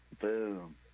Boom